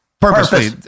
Purposefully